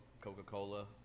coca-cola